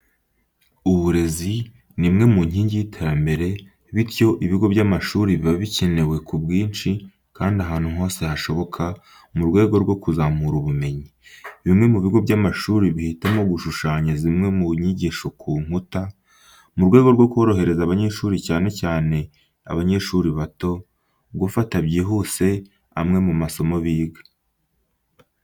Uburezi ni imwe mu nkingi y'iterambere, bityo ibigo by'amashuri biba bikenewe ku bwinshi kandi ahantu hose hashoboka mu rwego rwo kuzamura ubumenyi. Bimwe mu bigo by'amashuri bihitamo gushushanya zimwe mu nyigisho ku nkuta, mu rwego rwo korohereza abanyeshuri cyane cyane abanyeshuri bato, gufata byihuse amwe mu masomo biga.